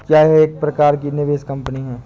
क्या यह एक प्रकार की निवेश कंपनी है?